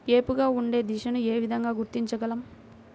ఏపుగా ఉండే దశను ఏ విధంగా గుర్తించగలం?